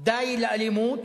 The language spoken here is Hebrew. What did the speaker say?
די לאלימות,